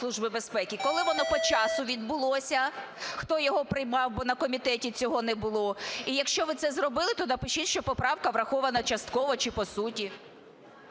Служби безпеки, коли воно по часу відбулося? Хто його приймав, бо на комітеті цього не було? І якщо ви це зробили, то напишіть, що поправка врахована частково чи по суті.